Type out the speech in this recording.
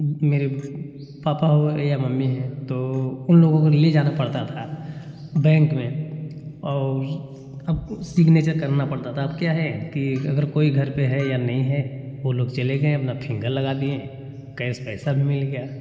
मेरे पापा हुए या मम्मी हैं तो उन लोगों को ले जाना पड़ता था बैंक में और अब उ सीग्नेचर करना पड़ता था अब क्या है कि अगर कोई घर पे है या नहीं है वो लोग चले गए अपना फींगर लगा दिए कैएस पैसा भी मिल गया